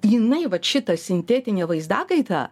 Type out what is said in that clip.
jinai vat šita sintetinė vaizdakaita